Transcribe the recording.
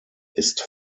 ist